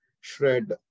shred